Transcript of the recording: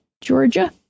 Georgia